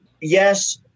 Yes